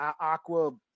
Aqua